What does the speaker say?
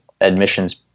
admissions